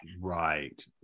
Right